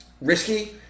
risky